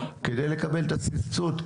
כדי לקבל את הסבסוד,